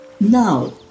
Now